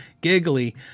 giggly